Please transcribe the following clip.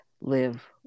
live